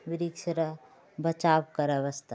वृक्ष रऽ बचाव करै वास्ते